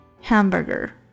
hamburger